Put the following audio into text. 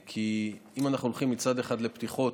כי אם אנחנו הולכים מצד אחד לפתיחות